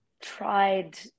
tried